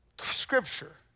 scripture